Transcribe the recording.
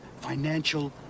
financial